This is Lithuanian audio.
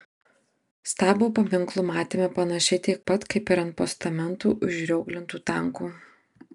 stabo paminklų matėme panašiai tiek pat kaip ir ant postamentų užrioglintų tankų